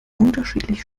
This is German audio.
unterschiedlich